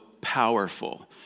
powerful